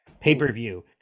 pay-per-view